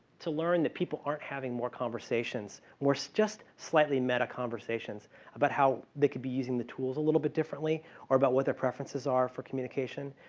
to learn that people aren't having more conversations. where it's just slightly meta-conversations about how they could be using the tools a little bit differently or about what their preferences are for communication.